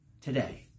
today